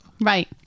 Right